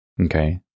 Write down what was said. Okay